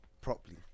properly